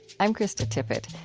i'm krista tippett.